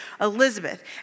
Elizabeth